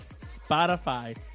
Spotify